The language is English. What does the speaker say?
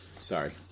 Sorry